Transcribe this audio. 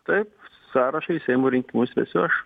taip sąrašą į seimo rinkimus vesiu aš